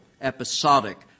episodic